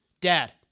Dad